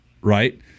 Right